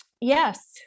yes